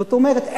זאת אומרת,